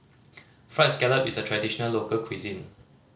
Fried Scallop is a traditional local cuisine